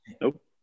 Nope